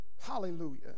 Hallelujah